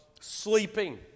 sleeping